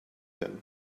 him